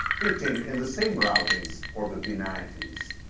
fitting in the same routings for the p ninety s.